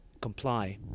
comply